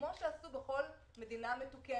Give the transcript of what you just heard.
כפי שעשו בכל מדינה מתוקנת,